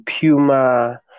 puma